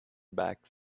back